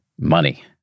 money